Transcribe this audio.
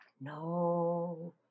no